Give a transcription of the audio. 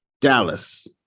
Dallas